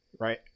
Right